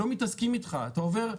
לא מתעסקים איתך, אתה עובר,